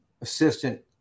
assistant